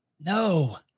No